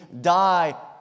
die